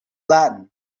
latin